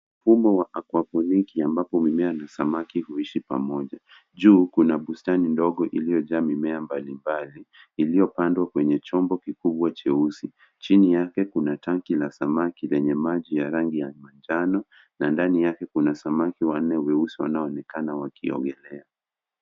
Mfumo wa akwaponiki ambapo samaki na mimea huishi pamoja. Juu kuna bustani ndogo iliyojaa mimea mbalimbali iliyopandwa kwenye chombo kikubwa cheusi. Chini yake kuna tanki la samaki lenye maji ya rangi ya manjano na ndani yake kuna samaki wanne weusi wanaoonekana wakiogelea.